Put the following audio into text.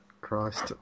Christ